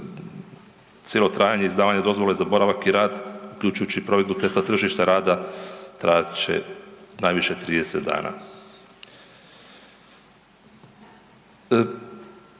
cijelo trajanje izdavanja dozvole za boravak i rad uključujući provedbu testa tržišta rada trajat će najviše 30 dana.